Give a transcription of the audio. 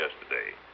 yesterday